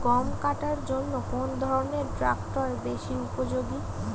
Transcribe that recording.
গম কাটার জন্য কোন ধরণের ট্রাক্টর বেশি উপযোগী?